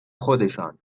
خودشان